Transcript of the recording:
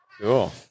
Cool